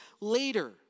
later